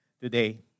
today